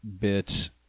Bit